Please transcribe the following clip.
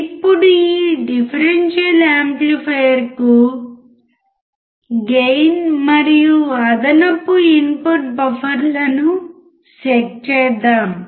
ఇప్పుడు ఈ డిఫరెన్షియల్ యాంప్లిఫైయర్కు గెయిన్ మరియు అదనపు ఇన్పుట్ బఫర్లను సెట్ చేద్దాం